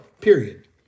period